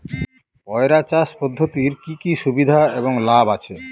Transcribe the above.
পয়রা চাষ পদ্ধতির কি কি সুবিধা এবং লাভ আছে?